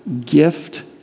gift